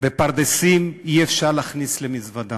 ופרדסים אי-אפשר להכניס למזוודה.